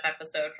episode